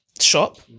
shop